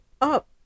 up